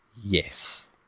Yes